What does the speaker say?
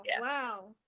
wow